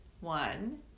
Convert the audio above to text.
One